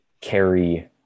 carry